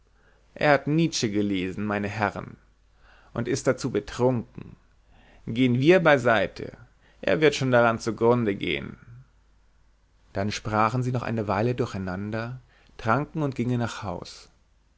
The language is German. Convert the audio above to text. er hat nietzsche gelesen meine herrn und ist dazu betrunken gehen wir beiseite er wird schon daran zu grunde gehn dann sprachen sie noch eine weile durcheinander tranken und gingen nach haus